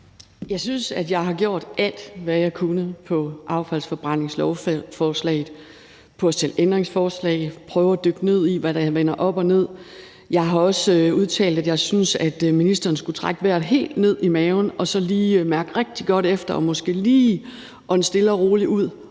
Jeg synes, at jeg har gjort alt, hvad jeg kunne, i forhold til affaldsforbrændingslovforslaget, altså stillet ændringsforslag og prøvet at dykke ned i, hvad der er op og ned. Jeg har også udtalt, at jeg synes, at ministeren skulle trække vejret helt ned i maven og så lige mærke rigtig godt efter, måske lige ånde stille og roligt ud